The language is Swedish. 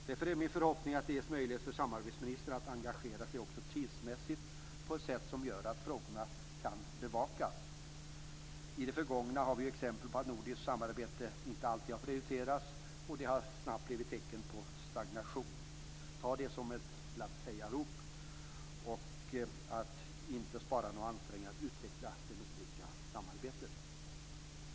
Därför är min förhoppning att det också ges möjlighet för samarbetsministern att engagera sig tidsmässigt på ett sätt som gör att frågorna kan bevakas. I det förgångna har vi ju sett exempel på att nordiskt samarbete inte alltid har prioriterats, och det har snabbt blivit tecken på stagnation. Ta detta som ett glatt hejarop att inte spara några ansträngningar då det gäller att utveckla det nordiska samarbetet!